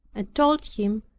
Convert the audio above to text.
and told him,